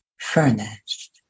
furnished